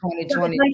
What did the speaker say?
2020